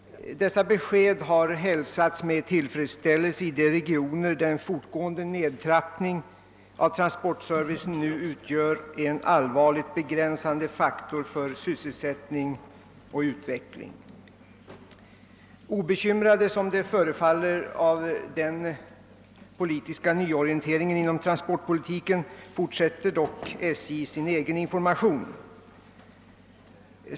Dessa besked har hälsats med tillfredsställelse i de regioner där en fortgående nedtrappning av transportservicen nu utgör en allvarlig begränsande faktor för sysselsättning och utveckling. Men obekymrat — som det förefaller — av den politiska nyorienteringen inom transportpolitiken fortsätter SJ sin egen information.